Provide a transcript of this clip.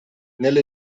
nelle